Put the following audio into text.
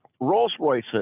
Rolls-Royce